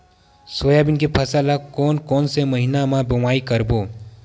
Soybean के फसल ल कोन कौन से महीना म बोआई करबो?